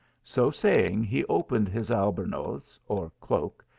so saying, he opened his albornoz, or cloak,